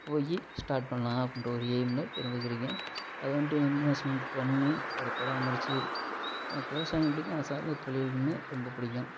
போய் ஸ்டார்ட் பண்ணலான் அப்படின்ற ஒரு எயிமில் இருந்துக்கிறிக்கேன் அது வந்து இன்வஸ்மண்ட் பண்ணி அதை பராமரித்து நமக்கு விவசாயம் பிடிக்கும் அது சார்ந்த தொழிலுமே ரொம்ப பிடிக்கும்